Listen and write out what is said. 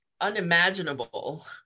unimaginable